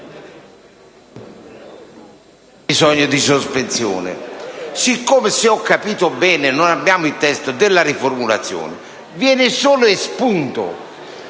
non ho bisogno di una sospensione. Se ho capito bene, non avendo il testo della riformulazione, viene solo espunto